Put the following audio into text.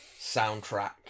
soundtrack